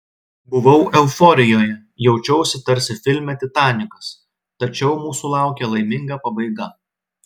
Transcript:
buvau euforijoje jaučiausi tarsi filme titanikas tačiau mūsų laukė laiminga pabaiga